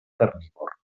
carnívor